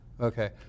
Okay